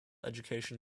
education